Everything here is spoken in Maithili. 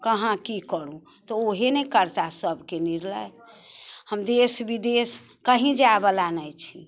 कहाँ की करू तऽ ओहे ने करताह सबके निर्णय हम देश विदेश कहीं जाइवला ने छी